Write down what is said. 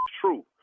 true